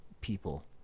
people